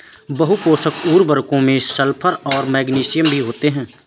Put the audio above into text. बहुपोषक उर्वरकों में सल्फर और मैग्नीशियम भी होते हैं